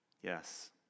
Yes